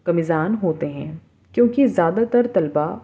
گامزن ہوتے ہیں کیونکہ زیادہ تر طلبہ